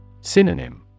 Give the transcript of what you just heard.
Synonym